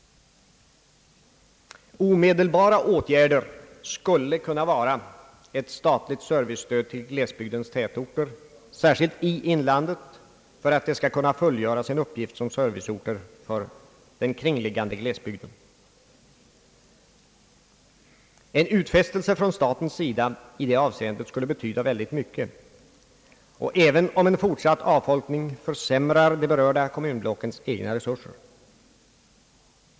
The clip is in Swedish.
Omedelbara åtgärder skulle vara ett statligt servicestöd till glesbygdernas tätorter, särskilt i inlandet, för att de skall kunna fullgöra sina uppgifter som serviceorter för den kringliggande glesbygden. En utfästelse från staten i detta avseende skulle betyda väldigt mycket. En fortsatt avfolkning försämrar de berörda kommunblockens egna resurser.